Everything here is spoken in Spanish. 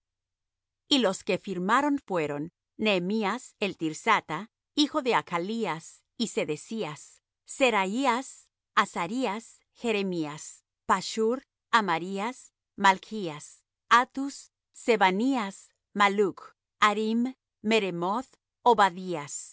y los que firmaron fueron nehemías el tirsatha hijo de hachlías y sedecías seraías azarías jeremías pashur amarías malchías hattus sebanías malluch harim meremoth